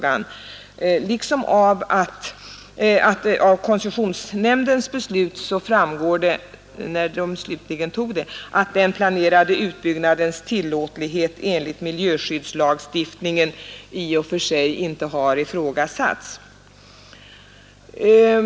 Av det beslut koncessionsnämnden slutligen fattade framgår även att den planerade utbyggnadens tillåtlighet enligt miljöskyddslagstiftningen i och för sig inte har ifrågasatts.